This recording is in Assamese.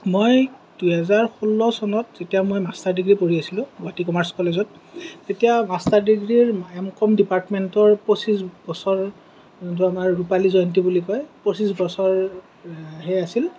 মই দুহেজাৰ ষোল্ল চনত তেতিয়া মই মাষ্টাৰ ডিগ্ৰী পঢ়ি আছিলোঁ গুৱাহাটী কমাৰ্চ কলেজত তেতিয়া মাষ্টাৰ ডিগ্ৰীৰ এম কম ডিপাৰ্টমেন্টৰ পঁচিছ বছৰ যোনটো আমাৰ ৰূপালী জয়ন্তী বুলি কয় পঁচিছ বছৰ হৈ আছিল